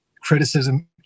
criticism